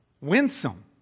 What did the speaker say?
winsome